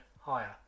higher